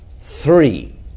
three